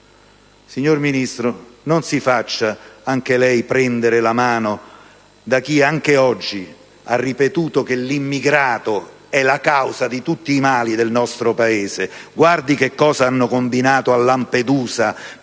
Signor Ministro, non si faccia anche lei prendere la mano da chi anche oggi ha ripetuto che l'immigrato è la causa di tutti i mali del nostro Paese. Guardi che cosa hanno combinato a Lampedusa